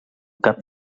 cap